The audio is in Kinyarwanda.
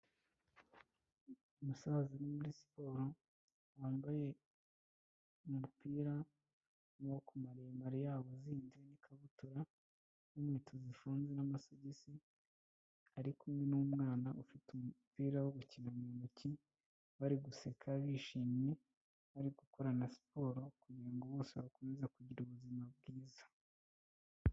Umusaza uri muri siporo wambaye umupira w'amaboko maremare yawuzinze n'ikabutura n'inkweto zifunze n'amasogisi, ari kumwe n'umwana ufite umupira wo gukina mu ntoki, bari guseka bishimye; bari gukorana siporo kugira ngo bose bakomeze kugira ubuzima bwiza.